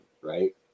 right